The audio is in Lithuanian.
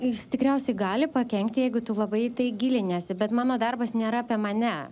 jis tikriausiai gali pakenkti jeigu tu labai į tai giliniesi bet mano darbas nėra apie mane